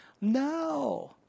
No